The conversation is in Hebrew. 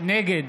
נגד